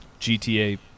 GTA